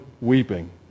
weeping